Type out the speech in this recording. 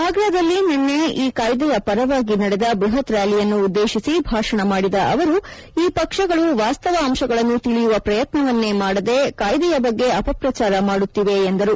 ಅಗ್ರಾದಲ್ಲಿ ನಿನ್ನೆ ಈ ಕಾಯ್ದೆಯ ಪರವಾಗಿ ನಡೆದ ಬೃಹತ್ ರ್ಯಾಲಿಯನ್ನು ಉದ್ದೇಶಿಸಿ ಭಾಷಣ ಮಾಡಿದ ಅವರು ಈ ಪಕ್ಷಗಳು ವಾಸ್ತವ ಅಂಶಗಳನ್ನು ತಿಳಿಯುವ ಪ್ರಯತ್ನವನ್ನೇ ಮಾಡದೆ ಕಾಯ್ದೆಯ ಬಗ್ಗೆ ಅಪಪ್ರಚಾರ ಮಾಡುತ್ತಿವೆ ಎಂದರು